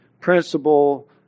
principle